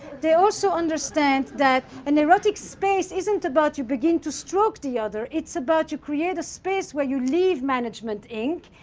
they also understand that an erotic space isn't about, you begin to stroke the other. it's about you create a space where you leave management inc,